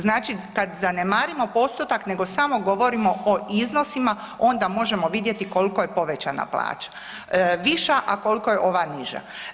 Znači kad zanemarimo postotak nego samo govorimo o iznosima, onda možemo vidjeti koliko je povećana plaća viša, a koliko je ova niža.